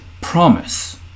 promise